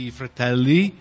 fratelli